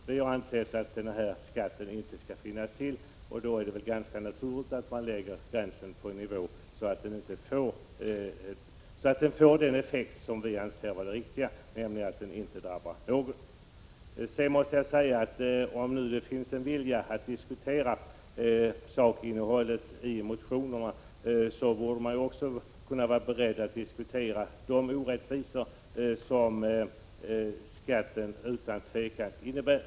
Vi har ansett att skatten inte skall finnas till, och då är det väl ganska naturligt att lägga gränsen på en sådan nivå att man får den effekt som vi anser vara den riktiga, nämligen att den inte drabbar någon alls. Jag måste säga att om det nu finns en vilja att diskutera sakinnehållet i motionerna, så borde man också kunna vara beredd att diskutera de orättvisor som skatten utan tvivel innebär.